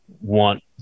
want